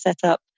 setup